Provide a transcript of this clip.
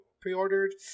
pre-ordered